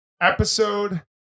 episode